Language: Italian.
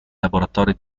laboratori